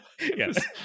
Yes